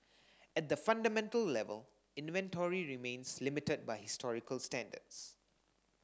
at the fundamental level inventory remains limited by historical standards